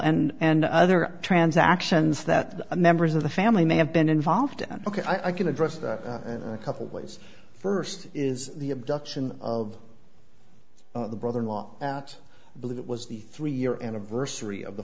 and other transactions that members of the family may have been involved in ok i can address that a couple ways first is the abduction of the brother in law believe it was the three year anniversary of the